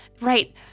Right